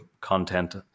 content